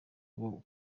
bwo